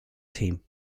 team